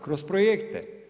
Kroz projekte.